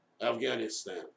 Afghanistan